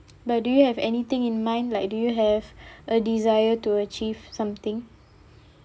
but do you have anything in mind like do you have a desire to achieve something